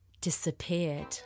disappeared